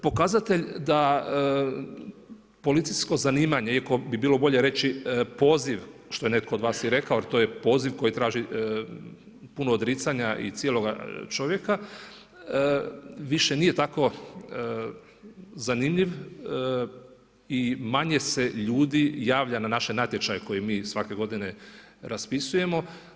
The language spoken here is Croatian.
Pokazatelj da policijsko zanimanje, iako bi bilo bolje reći poziv što je netko od vas i rekao jer to je poziv koji traži puno odricanja i cijeloga čovjeka, više nije tako zanimljiv i manje se ljudi javlja na naše natječaje koje mi svake godine raspisujemo.